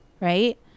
right